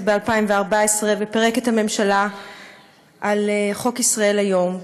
ב-2014 ופירק את הממשלה על חוק "ישראל היום",